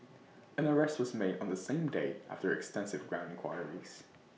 an arrest was made on the same day after extensive ground enquiries